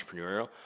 entrepreneurial